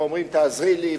ואומרים: תעזרי לי.